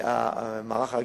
מערך ההגירה,